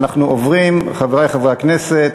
אנחנו עוברים, חברי חברי הכנסת,